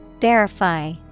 Verify